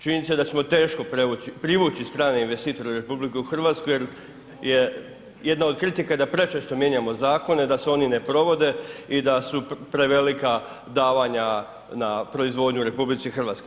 Činjenica je da ćemo teško privući strane investitore u RH jer je jedna od kritika da prečesto mijenjamo zakone, da se oni ne provode i da su prevelika davanja na proizvodnju u RH.